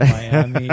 Miami